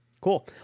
Cool